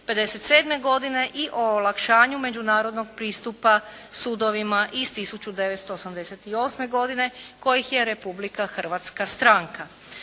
1957. godine i o olakšanju međunarodnog pristupa sudovima iz 1988. kojih je Republika Hrvatska stranka.